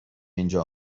اینجا